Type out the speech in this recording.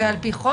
זה על פי חוק?